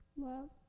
Love